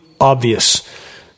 obvious